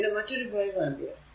പിന്നെ മറ്റൊരു 5 ആംപിയർ